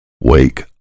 Wake